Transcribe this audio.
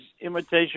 imitation